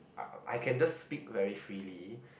I uh I can just speak very freely